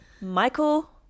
Michael